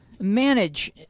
manage